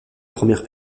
première